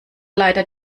leider